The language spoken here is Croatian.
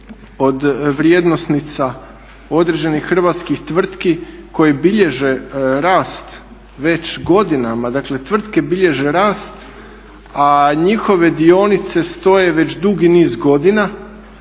od vrijednosnica određenih hrvatskih tvrtki koji bilježe rast već godinama, dakle tvrtke bilježe rast a njihove dionice stoje već dugi niz godina